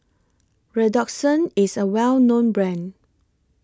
Redoxon IS A Well known Brand